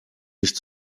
nicht